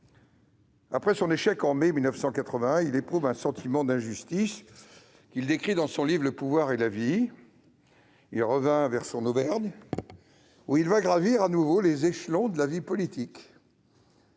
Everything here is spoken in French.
Après son échec de mai 1981, il éprouve un sentiment d'injustice qu'il décrit dans son livre. Il revient alors au sein de son Auvergne, où il gravit à nouveau les échelons de la vie politique,